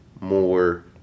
more